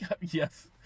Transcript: Yes